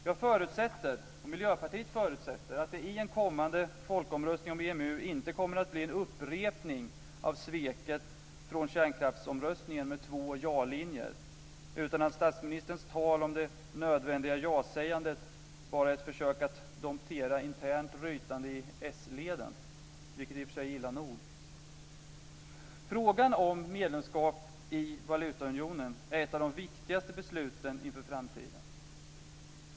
Jag förutsätter, och Miljöpartiet förutsätter, att det i en kommande folkomröstning om EMU inte kommer att bli en upprepning av sveket i kärnkraftsomröstningen med två ja-linjer, utan att statsministerns tal om det nödvändiga ja-sägandet bara är ett försök att domptera internt rytande i s-leden, vilket i och för sig är illa nog. Frågan om medlemskap i valutaunionen är ett av de viktigaste besluten inför framtiden.